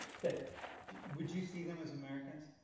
that would you see them as americans?